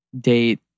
date